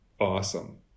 awesome